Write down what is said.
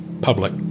public